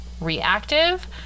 reactive